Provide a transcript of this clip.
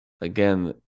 again